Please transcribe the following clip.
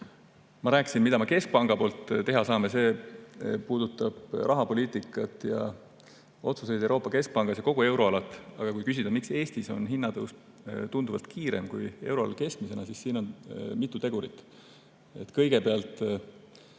Ma rääkisin, mida me keskpanga poolt teha saame, see puudutab rahapoliitikat ning otsuseid Euroopa Keskpangas ja kogu euroalal. Aga kui küsida, miks Eestis on hinnatõus tunduvalt kiirem kui euroalal keskmiselt, siis siin on mitu tegurit. Kõigepealt